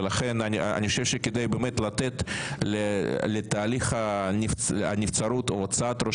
ולכן אני חושב שכדי באמת לתת לתהליך הנבצרות או הוצאת ראש